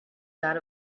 that